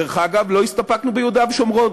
דרך אגב, לא הסתפקנו ביהודה ושומרון: